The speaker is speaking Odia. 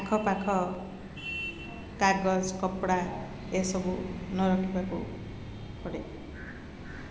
ଆଖପାଖ କାଗଜ କପଡ଼ା ଏସବୁ ନ ରଖିବାକୁ ପଡ଼େ